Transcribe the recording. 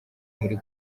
muri